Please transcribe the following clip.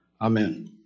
Amen